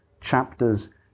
chapters